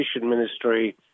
Ministry